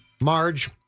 Marge